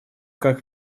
как